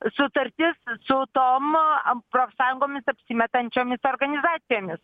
sutartis su tom am profsąjungomis apsimetančiomis organizacijomis